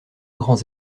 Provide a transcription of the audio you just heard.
grands